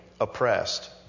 oppressed